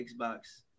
Xbox